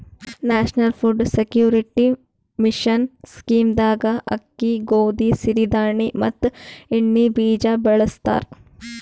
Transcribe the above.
national food security mission scheme ದಾಗ ಅಕ್ಕಿ, ಗೋದಿ, ಸಿರಿ ಧಾಣಿ ಮತ್ ಎಣ್ಣಿ ಬೀಜ ಬೆಳಸ್ತರ